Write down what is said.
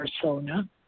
persona